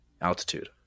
Altitude